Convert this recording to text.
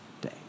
day